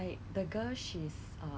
yeah